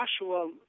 Joshua